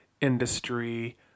industry